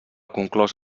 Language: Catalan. conclòs